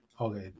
Okay